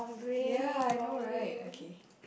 ya I know right okay